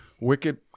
wicked